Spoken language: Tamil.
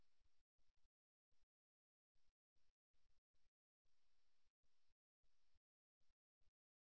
B இல் இது மற்ற நபரின் திசையில் நகர்த்தப்படும் பாதத்தின் ஒரே பகுதி என்பதைக் காண்கிறோம்